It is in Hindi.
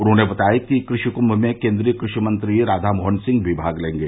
उन्होंने बताया कि कृषि कृषि में केन्द्रीय कृषि मंत्री राधा मोहन सिंह भी भाग लेंगे